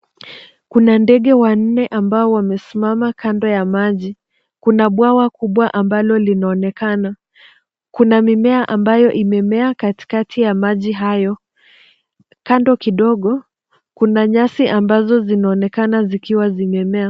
Kuna ndege wanne ambao wamesimama kando ya maji. Kuna bwawa kubwa ambalo linaonekana. Kuna mimea ambayo imemea katikati ya maji hayo. Kando kidogo kuna nyasi ambazo zinaonekana zikiwa zimemea.